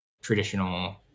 traditional